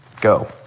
go